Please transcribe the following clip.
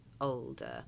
older